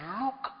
look